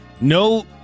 no